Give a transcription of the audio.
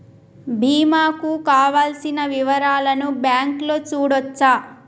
బీమా కు కావలసిన వివరాలను బ్యాంకులో చూడొచ్చా?